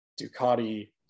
Ducati